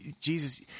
Jesus